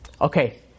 okay